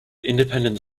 independent